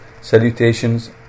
salutations